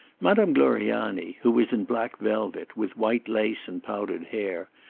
madame gloriani, who was in black velvet, with white lace and powdered hair,